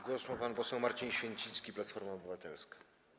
Głos ma pan poseł Marcin Święcicki, Platforma Obywatelska.